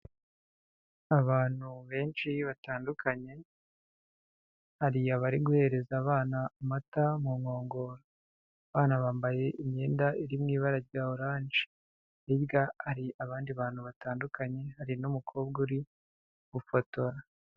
Abantu benshi batandukanye, hari abari guhereza abana amata mu nkongoro, abana bambaye imyenda iri mu ibara rya oranje, hirya hari abandi bantu batandukanye, hari n'umukobwa uri gufotora.